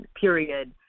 period